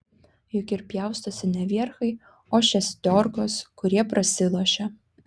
juk ir pjaustosi ne vierchai o šestiorkos kurie prasilošia